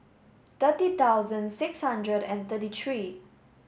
thirty thousand six hundred and thirty three